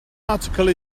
article